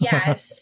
Yes